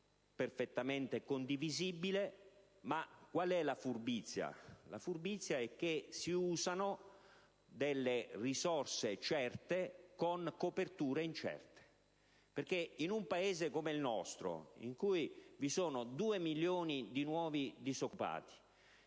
perfettamente condivisibile; ma qual è la furbizia? Si usano delle risorse certe con coperture incerte. In un Paese come il nostro, in cui vi sono due milioni di nuovi disoccupati,